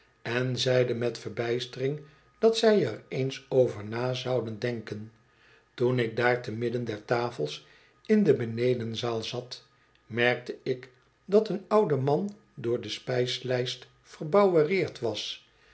en zeiden met verbijstering dat zij er eens over na zouden denken toen ik daar te midden der tafels in de benedenzaal zat merkte ik dat een oude man door de spijslijst verbouwereerd was